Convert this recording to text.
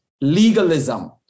legalism